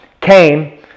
came